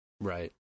Right